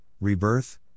rebirth